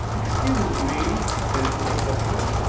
excuse me, says the perfessor.